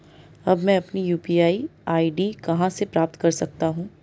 अब मैं अपनी यू.पी.आई आई.डी कहां से प्राप्त कर सकता हूं?